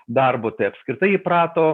darbu tai apskritai įprato